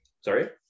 Sorry